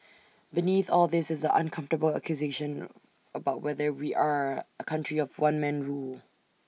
beneath all this is the uncomfortable accusation about whether we are A country of one man rule